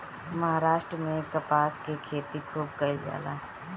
महाराष्ट्र में कपास के खेती खूब कईल जाला